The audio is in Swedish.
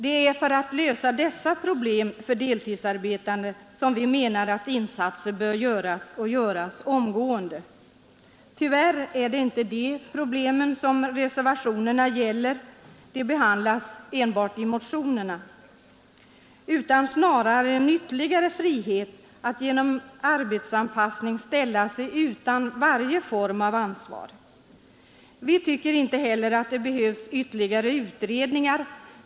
Det är insatser för att lösa dessa problem för deltidsarbetande som vi menar bör göras — och göras omgående. Tyvärr är det inte de problemen reservationerna gäller — de behandlas enbart i motionerna — utan snarare en ytterligare frihet att genom arbetsanpassning ställa sig utan varje form av ansvar. Vi tycker inte heller att det behövs ytterligare utredningar.